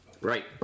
Right